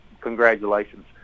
congratulations